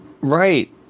Right